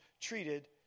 treated